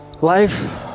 life